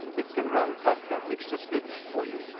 it can run custom fixture scripts for you.